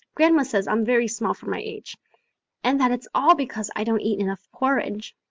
grandma says i'm very small for my age and that it's all because i don't eat enough porridge.